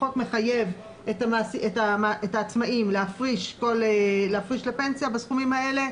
החוק מחייב את העצמאים להפריש לפנסיה בסכומים האלה,